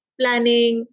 planning